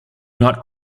not